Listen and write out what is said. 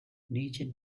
nature